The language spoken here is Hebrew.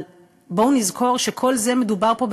אבל בואו נזכור שכל זה מדובר פה,